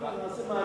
לא, נעשה מעקב.